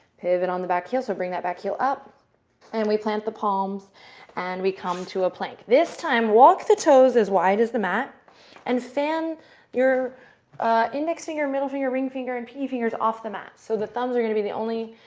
pivot on the back heel, so bring that back heel up and we plant the palms and we come to a plank. this time walk the toes as wide as the mat and fan your index finger, middle finger, ring finger and pinky fingers off the mat. so the thumbs are going to be the only